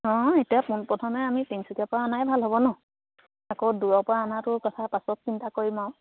অঁ এতিয়া পোনপথমে আমি তিনিচুকীয়া পৰা অনাই ভাল হ'ব ন আকৌ দূৰৰ পৰা অনাটো কথা পাছত চিন্তা কৰিম আৰু